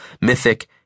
mythic